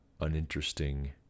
uninteresting